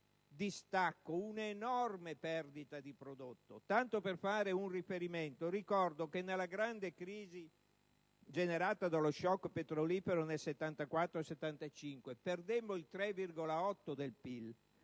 distacco, un'enorme perdita di prodotto. Tanto per fare un riferimento, ricordo che nella grande crisi, generata dallo *shock* petrolifero del 1974-1975, perdemmo il 3,8 per